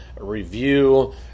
review